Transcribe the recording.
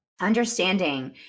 understanding